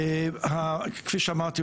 כפי שאמרתי,